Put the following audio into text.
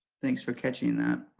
thanks for catching that,